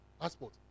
passport